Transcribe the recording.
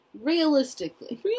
Realistically